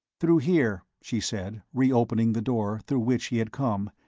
through here, she said, reopening the door through which he had come,